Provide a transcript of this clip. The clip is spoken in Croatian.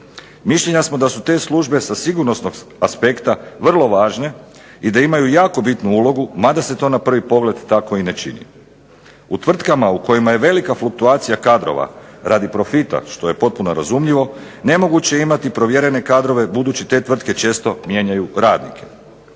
Mišljenja smo da su te službe sa sigurnosnog aspekta vrlo važne i da imaju jako bitnu ulogu mada se to na prvi pogled tako i ne čini. U tvrtkama u kojima je velika fluktuacija kadrova radi profita što je potpuno razumljivo, nemoguće je imati provjerene kadrove budući te tvrtke često mijenjaju radnike.